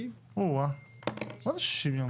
60. מה זה 60 יום?